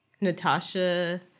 Natasha